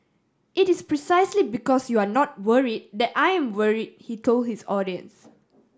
it is precisely because you are not worry that I am worry he told his audience